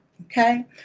Okay